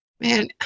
Man